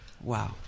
Wow